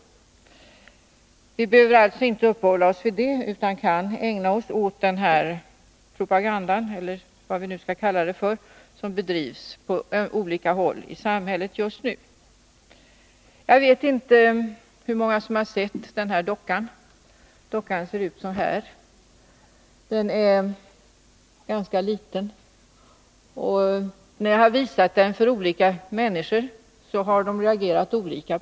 Därför behöver vi inte uppehålla oss vid den frågan utan kan ägna oss åt att debattera den propaganda — eller vad vi skall kalla den för — som just nu bedrivs på olika håll i samhället. Jag vet inte hur många som har sett den docka jag nu håller framför mig. Den är som synes ganska liten. Människor, som jag har visat den för, har reagerat olika.